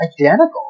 identical